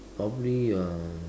probably um